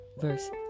Verse